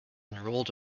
enrolled